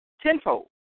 tenfold